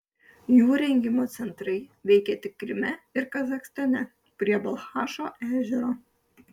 jų rengimo centrai veikė tik kryme ir kazachstane prie balchašo ežero